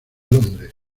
londres